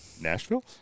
Nashville